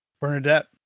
Bernadette